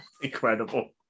Incredible